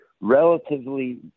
relatively